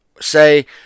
say